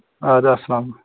اَدٕ السلامُ علیکُم